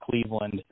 Cleveland